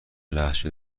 لهجه